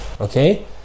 Okay